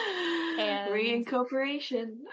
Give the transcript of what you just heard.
reincorporation